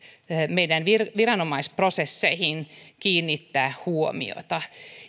meidän viranomaisprosesseihin tulisi kiinnittää huomiota